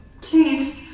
Please